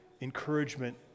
encouragement